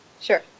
sure